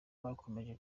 bakomeje